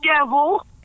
devil